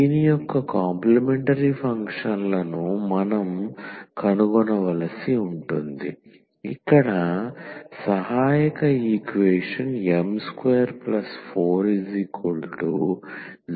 దీని యొక్క complementary function లను మనం కనుగొనవలసి ఉంటుంది ఇక్కడ సహాయక ఈక్వేషన్ m240 అవుతుంది